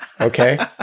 Okay